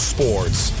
Sports